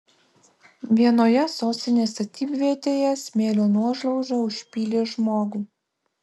vienoje sostinės statybvietėje smėlio nuošliauža užpylė žmogų